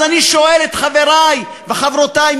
אז אני שואל את חברי וחברותי,